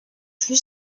fut